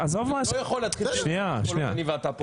עזוב --- אני לא יכול להתחיל את הדיון כל עוד אני ואתה פה.